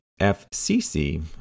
FCC